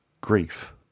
grief